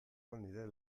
nire